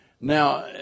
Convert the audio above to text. Now